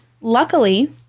Luckily